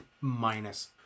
minus